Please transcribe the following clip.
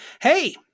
hey